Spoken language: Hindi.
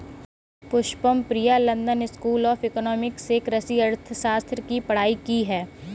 Pushpam Priya London school of economics से कृषि अर्थशास्त्र की पढ़ाई की है